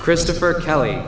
christopher kelly